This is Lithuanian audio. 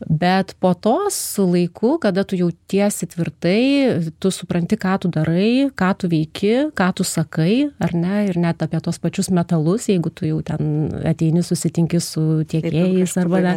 bet po to su laiku kada tu jautiesi tvirtai tu supranti ką tu darai ką tu veiki ką tu sakai ar ne ir net apie tuos pačius metalus jeigu tu jau ten ateini susitinki su tiekėjais arba dar